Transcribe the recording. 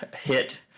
hit